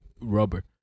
rubber